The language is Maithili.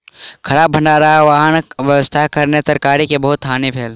खराब भण्डार आ वाहन व्यवस्थाक कारणेँ तरकारी के बहुत हानि भेल